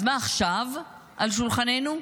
אז מה עכשיו על שולחננו?